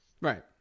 Right